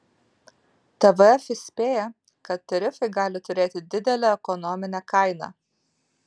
tvf įspėja kad tarifai gali turėti didelę ekonominę kainą